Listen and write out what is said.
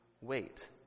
wait